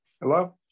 Hello